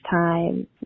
time